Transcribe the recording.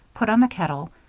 put on the kettle,